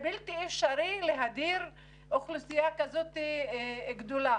בלתי אפשרי להדיר אוכלוסייה כזאת גדולה.